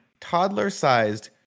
toddler-sized